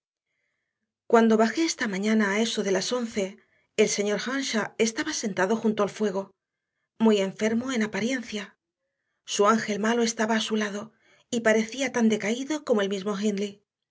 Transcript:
cuando bajé esta mañana a eso de las once el señor earnshaw estaba sentado junto al fuego muy enfermo en apariencia su ángel malo estaba a su lado y parecía tan decaído como el mismo